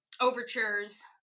overtures